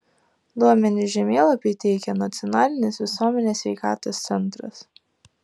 duomenis žemėlapiui teikia nacionalinis visuomenės sveikatos centras